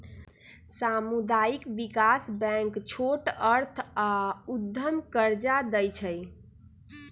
सामुदायिक विकास बैंक छोट अर्थ आऽ उद्यम कर्जा दइ छइ